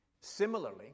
Similarly